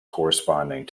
corresponding